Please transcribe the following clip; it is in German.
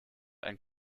ein